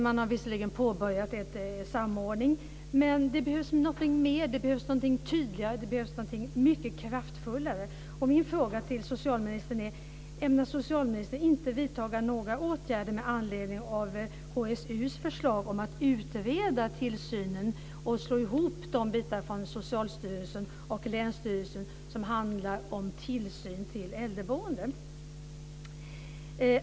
Man har visserligen påbörjat en samordning, men det behövs någonting mer, någonting tydligare och någonting mycket kraftfullare. HSU:s förslag att utreda tillsynen och slå ihop de bitar från Socialstyrelsen och länsstyrelsen som handlar om tillsyn av äldreboende?